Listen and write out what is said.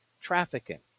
trafficking